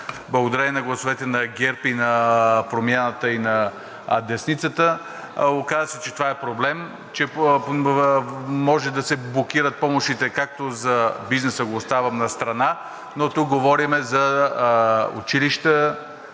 благодарение на гласовете на ГЕРБ и на Промяната, и на десницата. Оказа се, че това е проблем, че може да се блокират помощите както за бизнеса – оставям го настрана, но тук говорим за училища,